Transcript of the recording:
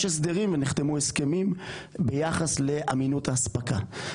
יש הסדרים ונחתמו הסכמים ביחס לאמינות האספקה.